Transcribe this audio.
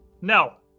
No